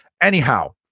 Anyhow